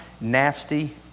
nasty